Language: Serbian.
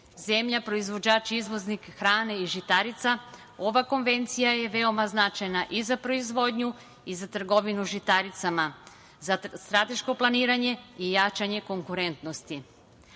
zemlja proizvođač i izvoznik hrane i žitarica, ova Konvencija je veoma značajna i za proizvodnju i za trgovinu žitaricama, za strateško planiranje i jačanje konkurentnosti. Ako